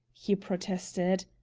he protested.